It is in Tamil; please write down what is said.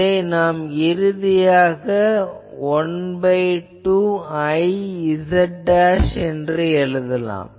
எனவே இறுதியாக இதை ½ Iz என எழுதலாம்